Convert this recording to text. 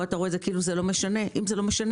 אתה רואה את זה כאילו זה לא משנה אם זה לא משנה,